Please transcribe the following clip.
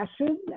passion